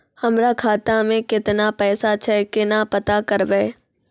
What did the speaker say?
हमरा खाता मे केतना पैसा छै, केना पता करबै?